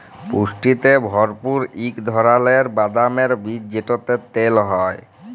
পুষ্টিতে ভরপুর ইক ধারালের বাদামের বীজ যেটতে তেল হ্যয়